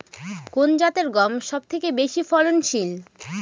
কোন জাতের গম সবথেকে বেশি ফলনশীল?